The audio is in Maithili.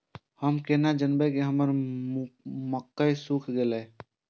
हम केना जानबे की हमर मक्के सुख गले?